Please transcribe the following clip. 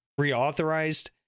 reauthorized